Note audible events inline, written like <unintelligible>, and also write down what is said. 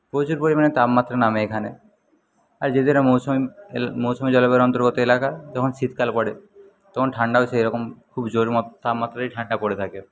প্রচুর পরিমাণে তাপমাত্রা নামে এখানে আর যেহেতু এটা মৌসুমি এলা মৌসুমি জলবায়ুর অন্তর্গত এলাকা যেমন শীতকাল পড়ে তখন ঠাণ্ডাও সেরকম খুব জোর <unintelligible> তাপমাত্রায় ঠাণ্ডা পড়ে থাকে